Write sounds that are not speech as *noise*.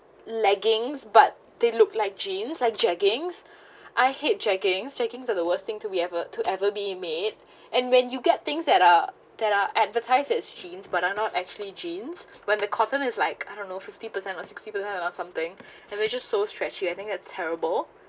leggings but they looked like jeans like jeggings *breath* I hate jeggings jeggings are the worst thing to be ever to ever be made *breath* and when you get things that are that are advertised as jeans but are not actually jeans when the cotton is like I don't know fifty percent or sixty percent and or something *breath* and they just so stretchy I think that's terrible